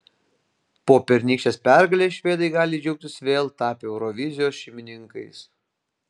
po pernykštės pergalės švedai gali džiaugtis vėl tapę eurovizijos šeimininkais